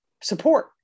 support